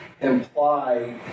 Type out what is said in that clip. imply